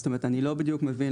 זאת אומרת אני לא בדיוק מבין,